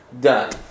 done